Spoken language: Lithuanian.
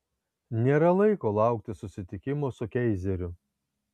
nėra laiko laukti susitikimo su keizeriu